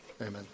amen